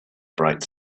bright